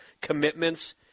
commitments